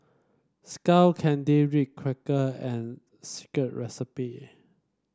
Skull Candy Ritz Cracker and Secret Recipe